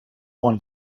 one